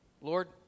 Lord